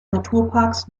naturparks